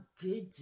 good